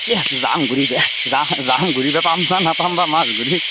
এহ যাম ঘূৰি বা যা যাম ঘূৰি বা পাম বা নাপাম বা মাছ ঘূৰি